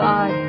God